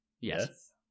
yes